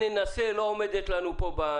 לא עומדת לנו פה.